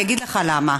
אני אגיד לך למה,